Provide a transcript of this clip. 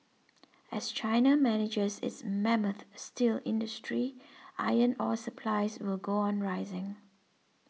as China manages its mammoth steel industry iron ore supplies will go on rising